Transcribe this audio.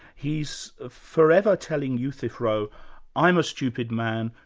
he's ah forever telling euthyphro i'm a stupid man,